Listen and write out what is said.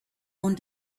own